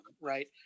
right